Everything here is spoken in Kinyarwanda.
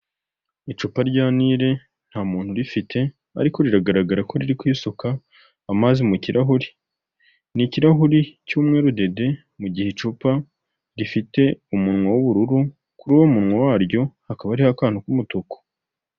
Icupa rya nire nta muntu urifite, ariko riragaragara ko riri kwisuka amazi mu kirahuri, nikirarahuri cy'umweru dede mu gihe icupa rifite umunwa w'ubururu, kuri uwo munwa waryo hakaba hariho akanatu k'umutuku.